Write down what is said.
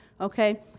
Okay